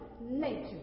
nature